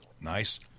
Nice